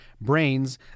brains